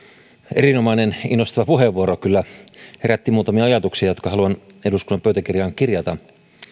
erinomainen innostava puheenvuoro kyllä herätti muutamia ajatuksia jotka haluan eduskunnan pöytäkirjaan kirjata